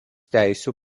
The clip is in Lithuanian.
teisių